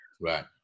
Right